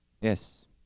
Yes